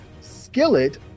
skillet